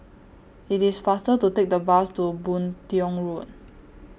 IT IS faster to Take The Bus to Boon Tiong Road